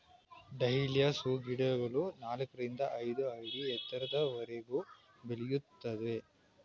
dahlias ಹೂಗಿಡಗಳು ನಾಲ್ಕರಿಂದ ಐದು ಅಡಿ ಎತ್ತರದವರೆಗೂ ಬೆಳೆಯುತ್ತವೆ